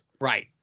Right